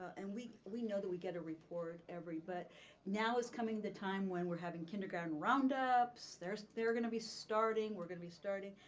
and we we know that we get a report every, but now is coming the time when we're having kindergarten round ups, they're they're gonna be starting, we're gonna be starting.